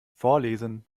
vorlesen